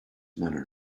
manner